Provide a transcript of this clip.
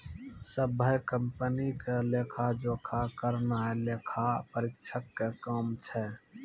सभ्भे कंपनी के लेखा जोखा करनाय लेखा परीक्षक के काम छै